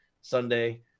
sunday